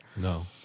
No